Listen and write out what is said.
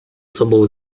sobą